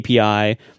api